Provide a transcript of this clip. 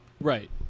Right